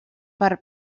per